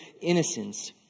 innocence